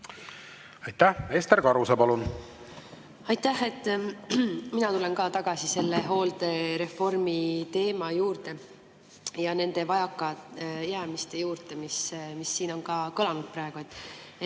Aitäh! Ester Karuse, palun! Aitäh! Mina tulen ka tagasi selle hooldereformi teema juurde ja nende vajakajäämiste juurde, mis siin on kõlanud. Praegu